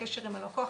הקשר עם הלקוח,